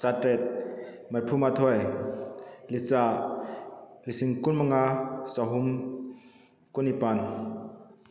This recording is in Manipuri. ꯆꯥꯇ꯭ꯔꯦꯠ ꯃꯔꯤꯐꯨꯃꯥꯊꯣꯏ ꯂꯤꯆꯥ ꯂꯤꯁꯤꯡ ꯀꯨꯟꯃꯉꯥ ꯆꯍꯨꯝ ꯀꯨꯟꯅꯤꯄꯥꯜ